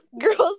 girls